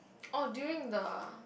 oh during the